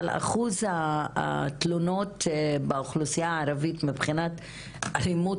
אבל אחוז התלונות באוכלוסייה הערבית מבחינת אלימות